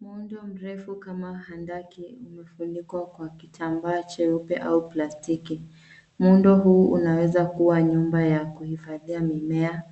Muundo mrefu kama handaki umefunikwa kwa kitambaa cheupe au plastiki. Muundo huu unaweza kuwa nyumba ya kuhifadhia mimea